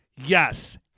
Yes